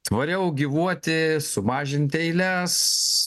tvariau gyvuoti sumažinti eiles